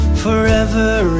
forever